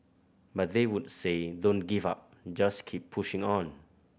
but they would say don't give up just keep pushing on